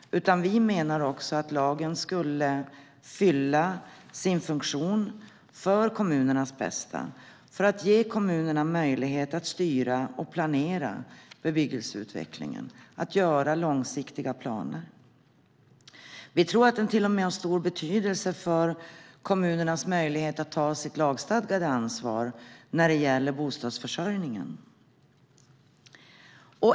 Vi menar också att lagen skulle fylla sin funktion för kommunernas bästa för att ge kommunerna möjlighet att styra och planera bebyggelseutvecklingen och göra långsiktiga planer. Vi tror till och med att lagen har stor betydelse för kommunernas möjlighet att ta sitt lagstadgade ansvar när det gäller bostadsförsörjningen.